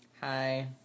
Hi